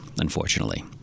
unfortunately